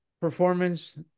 performance